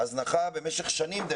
במשך שנים.